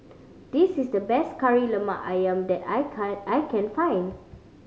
this is the best Kari Lemak Ayam that I I can find